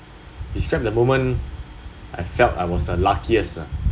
describe the moment I felt I was the luckiest ah